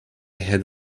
had